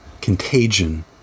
Contagion